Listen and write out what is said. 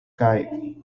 kaj